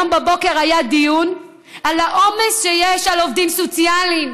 היום בבוקר היה דיון על העומס שיש על עובדים סוציאליים.